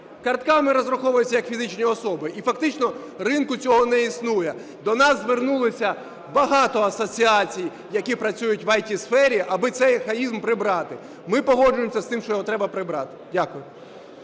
картками розраховуються як фізичні особи, і фактично ринку цього не існує. До нас звернулися багато асоціацій, які працюють в ІТ-сфері, аби цей архаїзм прибрати. Ми погоджуємося з тим, що його треба прибрати. Дякую.